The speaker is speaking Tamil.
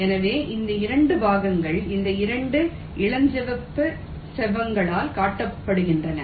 எனவே இந்த 2 பாகங்கள் இந்த 2 இளஞ்சிவப்பு செவ்வகங்களால் காட்டப்படுகின்றன